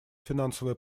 финансовое